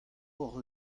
hocʼh